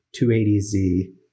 280Z